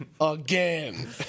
Again